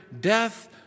death